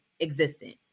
existent